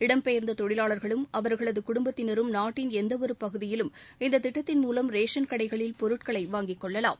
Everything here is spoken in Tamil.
இடம்பெயர்ந்த தொழிலாளர்களும் அவர்களது குடும்பத்தினரும் நாட்டின் எந்த ஒரு பகுதியிலும் ரேஷன் கடைகளில் பொருட்களை வாங்கிக் கொள்ளலாம்